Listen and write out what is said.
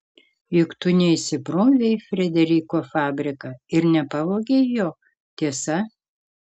juk tu neįsibrovei į frederiko fabriką ir nepavogei jo tiesa